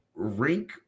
Rink